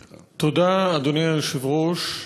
תודה, אדוני היושב-ראש,